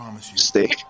Stay